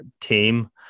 team